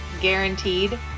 guaranteed